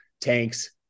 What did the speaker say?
tanks